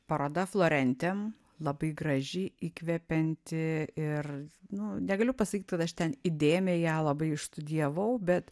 paroda florentem labai graži įkvepianti ir nu negaliu pasakyt kad aš ten įdėmiai ją labai išstudijavau bet